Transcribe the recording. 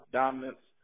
dominance